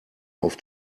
auf